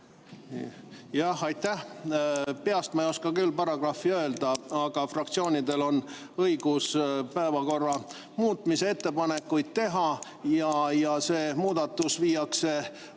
Jah, aitäh! Peast ma ei oska küll paragrahvi öelda, aga fraktsioonidel on õigus päevakorra muutmise ettepanekuid teha ja see muudatus viiakse